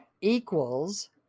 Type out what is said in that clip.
Equals